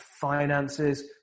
finances